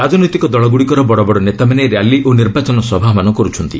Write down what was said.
ରାଜନୈତିକ ଦଳଗୁଡ଼ିକର ବଡ଼ ବଡ଼ ନେତାମାନେ ର୍ୟାଲି ଓ ନିର୍ବାଚନ ସଭାମାନ କର୍ରଛନ୍ତି